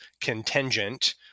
contingent